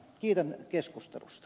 kiitän keskustelusta